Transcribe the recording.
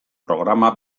programa